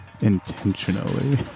intentionally